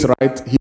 right